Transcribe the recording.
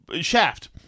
shaft